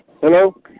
hello